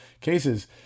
cases